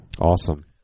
Awesome